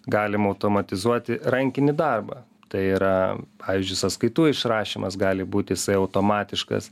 galim automatizuoti rankinį darbą tai yra pavyzdžiui sąskaitų išrašymas gali būti jisai automatiškas